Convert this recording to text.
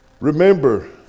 Remember